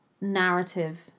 narrative